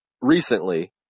recently